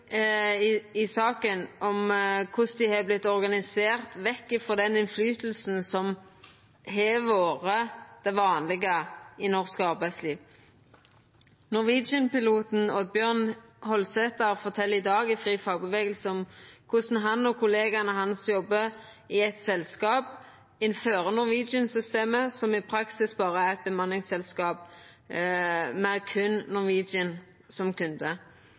i saka om korleis dei har vorte organiserte vekk frå den påverknaden som har vore det vanlege i norsk arbeidsliv. Norwegian-piloten Oddbjørn Holsether fortel i dag til FriFagbevegelse om korleis han og kollegaene hans jobbar i eit selskap innanfor Norwegian-systemet som i praksis er eit bemanningsselskap med berre Norwegian som kunde.